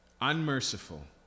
unmerciful